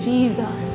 Jesus